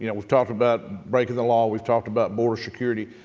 you know we've talked about breaking the law, we've talked about border security.